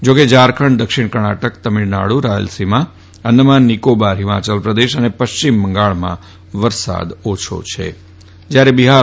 જાકે ઝારખંડ દક્ષિણ કર્ણાટક તમિલનાડુ રાયલસીમા આંદામાનનિકોબાર હિમાયલપ્રદેશ અને પશ્ચિમ બંગાળમાં ઓછો વરસાદ થયો છેબિહાર